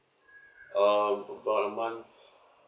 um about a month